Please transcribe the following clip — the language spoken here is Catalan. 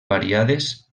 variades